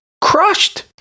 crushed